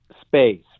space